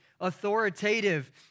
authoritative